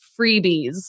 freebies